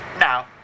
Now